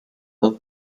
for